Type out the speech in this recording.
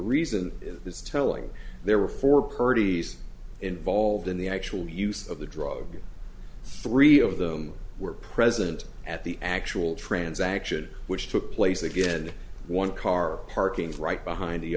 reason is telling there were four purdy's involved in the actual use of the drug three of them were present at the actual transaction which took place again one car parking right behind the